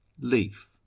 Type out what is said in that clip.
leaf